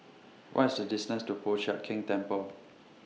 What IS The distance to Po Chiak Keng Temple